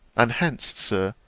and hence, sir,